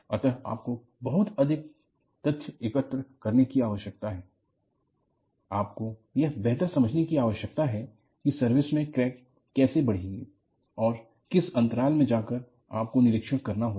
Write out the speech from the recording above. अतः आपको बहुत अधिक तथ्य एकत्र करने की आवश्यकता है आपको यह बेहतर समझने की आवश्यकता है कि सर्विस में क्रैक कैसे बढ़ेगी और किस अंतराल में जाकर आपको निरीक्षण करना होगा